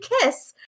kiss